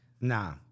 Nah